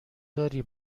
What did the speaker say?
داری